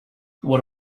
what